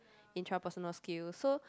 intrapersonal skills so